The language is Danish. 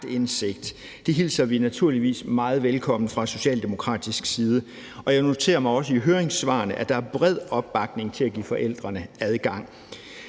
Det hilser vi naturligvis meget velkommen fra socialdemokratisk side. Jeg noterer mig også, at der i høringssvarene er bred opbakning til at give forældrene adgang.